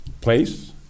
place